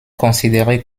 considéré